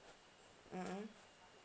mm mm